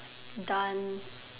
done